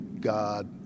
God